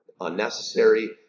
unnecessary